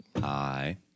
Hi